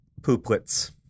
pooplets